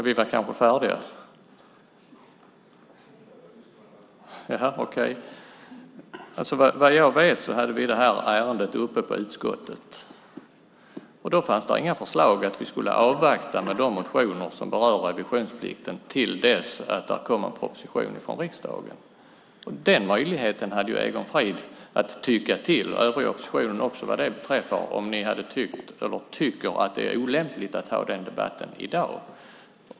Herr talman! Vad jag vet hade vi det här ärendet uppe i utskottet. Då fanns inga förslag om att vi skulle avvakta med de motioner som berör revisionsplikten till dess att det kommer en proposition från regeringen. Egon Frid, och övriga oppositionen också vad det beträffar, hade ju möjligheten att tycka till om ni anser att det är olämpligt att ha den debatten i dag.